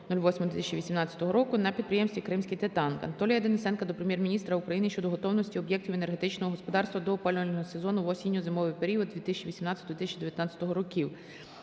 року на підприємстві "Кримський титан". Анатолія Денисенка до Прем'єр-міністра України щодо готовності об'єктів енергетичного господарства до опалювального сезону в осінньо-зимовий період 2018-2019 років.